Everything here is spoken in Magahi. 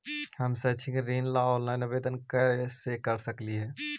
हम शैक्षिक ऋण ला ऑनलाइन आवेदन कैसे कर सकली हे?